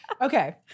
Okay